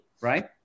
right